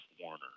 Warner